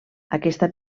aquesta